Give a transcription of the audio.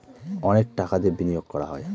অনেক টাকা দিয়ে বিনিয়োগ করা হয়